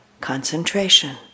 concentration